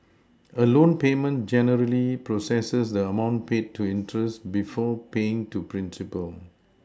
a loan payment generally processes the amount paid to interest before paying to principal